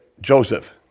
Joseph